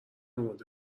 اماده